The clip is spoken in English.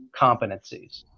competencies